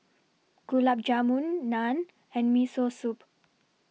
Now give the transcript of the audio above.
Gulab Jamun Naan and Miso Soup